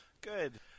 Good